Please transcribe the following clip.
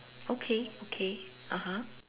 okay okay (uh huh)